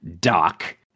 Doc